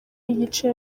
ibice